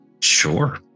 sure